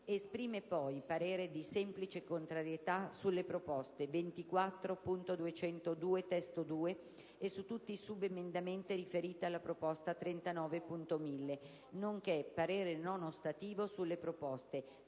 Esprime poi parere di semplice contrarietà sulle proposte 24.202 (testo 2) e su tutti i subemendamenti riferiti alla proposta 39.1000, nonché parere non ostativo sulle proposte